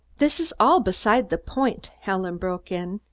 this is all beside the point, helen broke in.